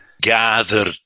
gathered